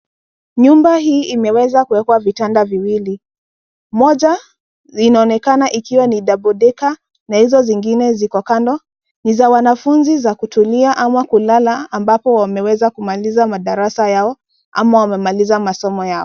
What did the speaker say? Nyumba hii imeweza kuwekwa vitanda viwili, moja inaonekana kuwa ni double decker na hizo zingine ziko kando ni za wanafunzi za kutulia ama kulala ambapo wameweza kumaliza madarasa yao ama wamemaliza masomo yao.